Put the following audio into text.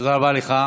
תודה רבה לך.